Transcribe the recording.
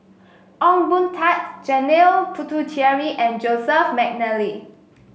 Ong Boon Tat Janil Puthucheary and Joseph McNally